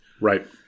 Right